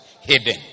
hidden